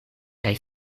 kaj